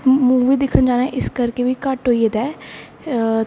movie दिक्खन जाना इस करी बी घट्ट होई गेदा ऐ